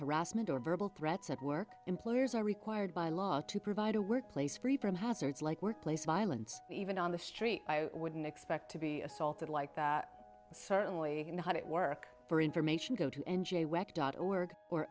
harassment or verbal threats at work employers are required by law to provide a workplace pre print hazards like workplace violence even on the street i wouldn't expect to be assaulted like that certainly work for information go to